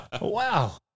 Wow